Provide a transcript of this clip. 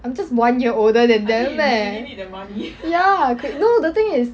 I'm just one year older than them eh ya no the thing is